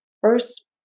First